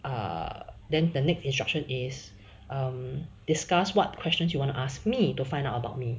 err then the next instruction is um discuss what questions you want to ask me to find out about me